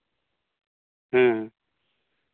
ᱦᱮᱸ